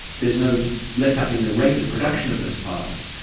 there is no letup in the rate of production of those files.